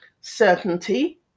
certainty